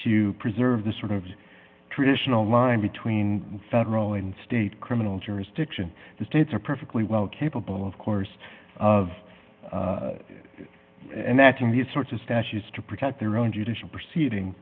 to preserve the sort of traditional line between federal and state criminal jurisdiction the states are perfectly well capable of course of and that in these sorts of stashes to protect their own judicial proceeding